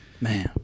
man